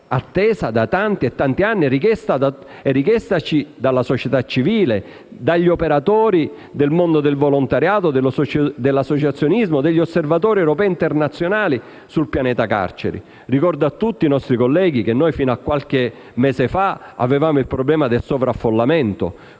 atteso da tanti e tanti anni e richiestoci dalla società civile, dagli operatori del mondo del volontariato e dell'associazionismo e dagli osservatori europei e internazionali sul pianeta carcere. Ricordo a tutti i nostri colleghi che noi, fino a qualche mese fa, avevamo il problema del sovraffollamento,